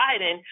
Biden